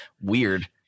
weird